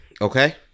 okay